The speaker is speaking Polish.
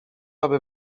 aby